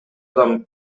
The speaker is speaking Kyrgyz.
адам